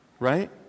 right